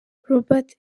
robert